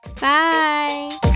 Bye